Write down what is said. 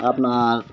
আপনার